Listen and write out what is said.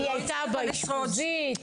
לא הצליחה לשרוד שם.